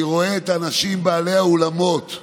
אני רואה את האנשים בעלי האולמות,